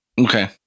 Okay